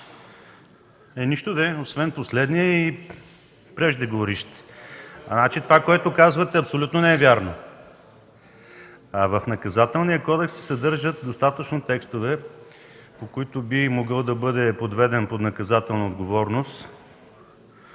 Нищо де, последни и преждеговоривши. Това, което казвате, абсолютно не е вярно. В Наказателния кодекс се съдържат достатъчно текстове, по които би могъл да бъде подведен по наказателна отговорност